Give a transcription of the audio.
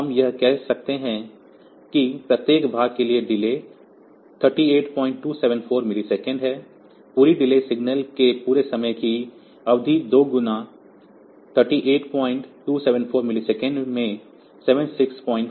तो हम कह सकते हैं कि प्रत्येक भाग के लिए डिले 38274 मिलीसेकंड है पूरी डिले सिग्नल के पूरे समय की अवधि 2 गुणा 38274 मिलीसेकंड में 76548 मिलीसेकंड है